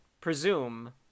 presume